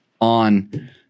on